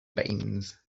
baynes